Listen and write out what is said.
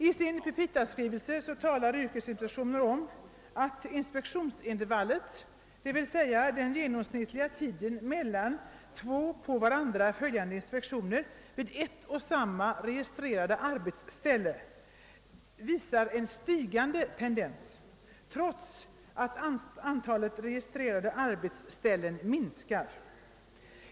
I sin petitaskrivelse framhåller yrkesinspektionen att inspektionsintervallen — d.v.s. den genomsnittliga tiden mellan två på varandra följande inspektioner vid ett och samma registrerade arbetsställe — tenderar att bli längre trots att antalet registrerade arbetsställen minskat.